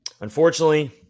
unfortunately